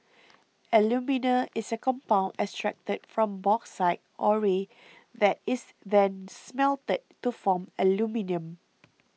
alumina is a compound extracted from bauxite ore that is then smelted to form aluminium